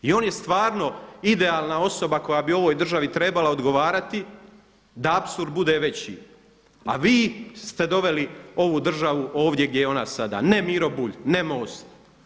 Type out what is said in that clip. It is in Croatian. I on je stvarno idealna osoba koja bi ovoj državi trebala odgovarati da apsurd bude veći, a vi ste doveli ovu državu ovdje gdje je ona sada ne Miro Bulj, ne MOST.